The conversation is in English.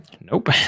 Nope